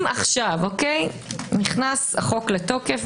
אם עכשיו נכנס החוק לתוקף,